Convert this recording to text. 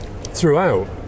throughout